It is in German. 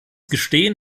gestehen